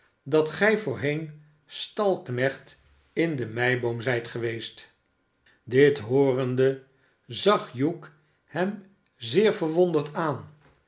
dat gij voorheen stalknecht in de meiboom zijt geweest dit hoorende zag hugh hem zeer verwonderd aan